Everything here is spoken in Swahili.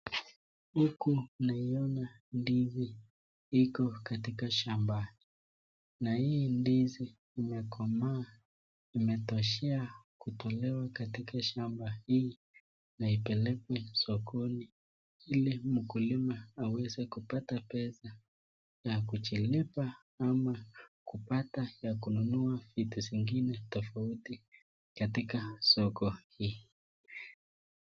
Huku, naiona, ndizi, iko katika shamba, na hii ndizi imekomaa, imetoshea, kutolewa katika shamba hili, na ipelekwe sokoni, ile mkulima aweze kupata pesa, ya kujilipa, ama ya kununua vitu zingine, tofauti, katika, soko hii.